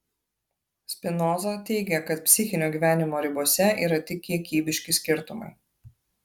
spinoza teigia kad psichinio gyvenimo ribose yra tik kiekybiški skirtumai